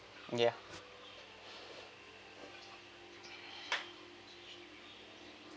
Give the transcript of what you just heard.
ya